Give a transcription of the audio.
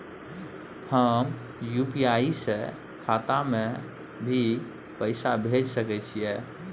हम यु.पी.आई से खाता में भी पैसा भेज सके छियै?